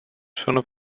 sono